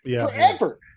Forever